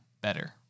better